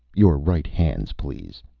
your right hands please!